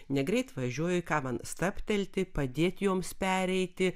negreit važiuoju ką man stabtelti padėt joms pereiti